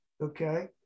Okay